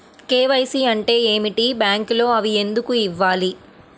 KYC అంటే ఏమిటి? బ్యాంకులో అవి ఎందుకు ఇవ్వాలి?